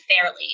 fairly